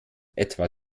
etwa